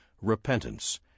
repentance